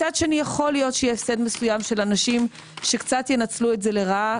מצד שני יכול להיות שיהיה סט מסוים של אנשים שקצת ינצלו את זה לרעה,